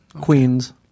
Queens